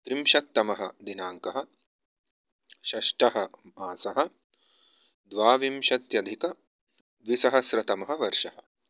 त्रिंशत्तमदिनाङ्कः षष्ठमासः द्वाविंशत्यधिकद्विसहस्रतमवर्षः